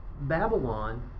Babylon